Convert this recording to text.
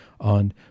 on